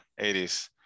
80s